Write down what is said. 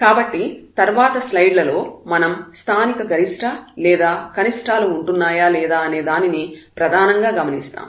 కాబట్టి తర్వాత స్లైడ్ లలో మనం స్థానిక గరిష్ట లేదా కనిష్టాలు ఉంటున్నాయా లేదా అనే దానిని ప్రధానంగా గమనిస్తాము